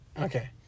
Okay